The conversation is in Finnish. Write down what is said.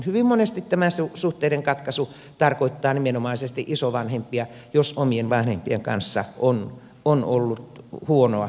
hyvin monesti tämä suhteiden katkaisu tarkoittaa nimenomaisesti isovanhempia jos omien vanhempien kanssa on ollut huonoa olla